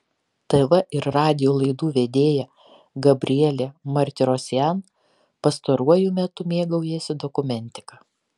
tv ir radijo laidų vedėja gabrielė martirosian pastaruoju metu mėgaujasi dokumentika